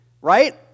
right